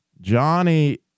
Johnny